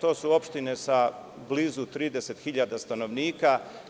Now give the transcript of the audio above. To su opštine sa blizu 30.000 stanovnika.